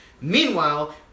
Meanwhile